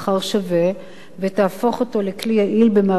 ותהפוך אותו לכלי יעיל במאבק לקידום השוויון